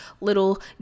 little